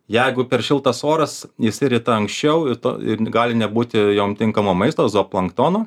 jeigu per šiltas oras išsirita anksčiau ir to ir gali nebūti jom tinkamo maisto zooplanktono